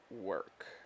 work